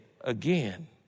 again